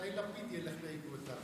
מתי לפיד ילך בעקבותיו?